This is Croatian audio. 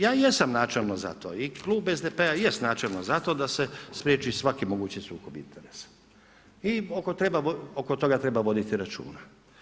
Ja jesam načelno zato i klub SDP-a jest načelno za to da se priječi svaki mogući sukob interesa i oko toga treba voditi računa.